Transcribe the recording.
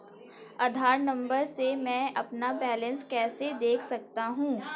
आधार number से मैं अपना बैलेंस कैसे देख सकता हूँ?